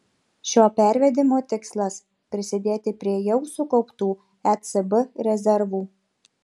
šio pervedimo tikslas prisidėti prie jau sukauptų ecb rezervų